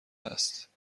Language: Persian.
است